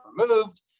removed